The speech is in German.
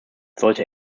sollte